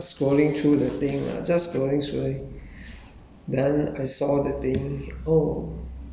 yeah I saw on fa~ Fastjob because I was just scrolling through the thing lah just scrolling scrolling